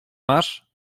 masz